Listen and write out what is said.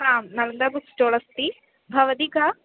हां Nalanda book stall अस्ति भवति का